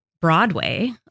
Broadway